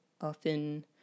often